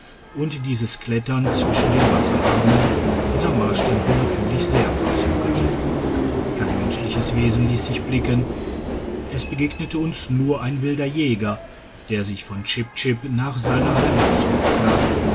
und dieses klettern zwischen den wasserarmen unser marschtempo natürlich sehr verzögerte kein menschliches wesen liess sich blicken es begegnete uns nur ein wilder jäger der sich von chip chip nach seiner heimat